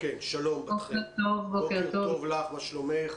בוקר טוב לך, מה שלומך?